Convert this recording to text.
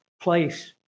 place